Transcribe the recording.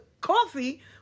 coffee